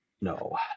no